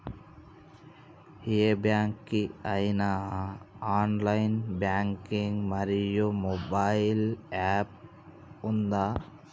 ఏ bank కి ఐనా online banking మరియు మొబైల్ యాప్ ఉందా?